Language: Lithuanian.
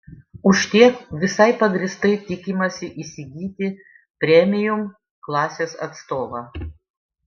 už tiek visai pagrįstai tikimasi įsigyti premium klasės atstovą